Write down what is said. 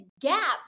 gap